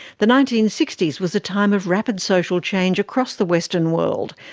the nineteen sixty s was a time of rapid social change across the western world,